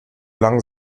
lang